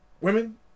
Women